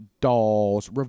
Dolls